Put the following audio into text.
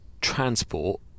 transport